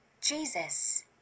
Jesus